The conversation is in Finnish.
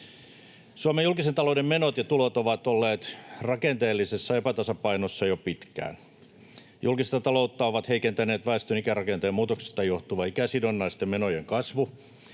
Suomen julkisen talouden menot ja tulot ovat olleet rakenteellisessa epätasapainossa jo pitkään. Julkista taloutta ovat heikentäneet väestön ikärakenteen muutoksesta johtuva ikäsidonnaisten menojen kasvu